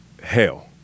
Hell